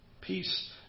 peace